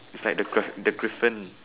its like the gray griffon